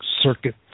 circuit